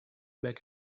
back